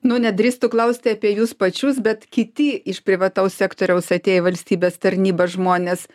nu nedrįstu klausti apie jus pačius bet kiti iš privataus sektoriaus atėję į valstybės tarnybą žmonės